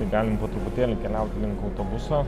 bent po truputėlį keliauti link autobuso